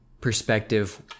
perspective